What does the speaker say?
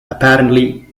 apparently